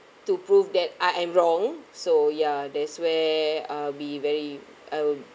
to prove that I am wrong so ya that's where I'll be very I'll